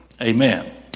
Amen